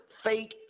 fake